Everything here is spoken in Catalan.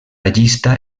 llista